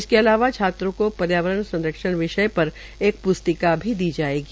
इसके अलावा छात्रों को पर्यावरण संरक्षण विषय पर एक प्स्तिका भी दी जायेगी